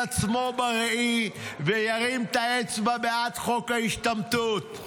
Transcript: עצמו בראי וירים את האצבע בעד חוק ההשתמטות.